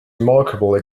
remarkable